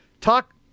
Talk